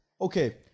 Okay